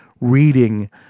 reading